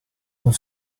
good